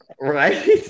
Right